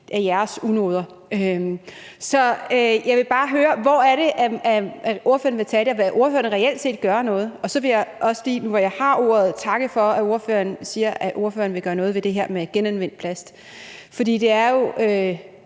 for jeres unoder. Så jeg vil bare høre: Hvor er det, ordføreren vil tage det? Og vil ordføreren reelt set gøre noget? Så vil jeg også lige nu, hvor jeg har ordet, takke for, at ordføreren siger, at ordføreren vil gøre noget ved det her med genanvendt plast. For det er jo